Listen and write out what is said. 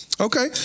okay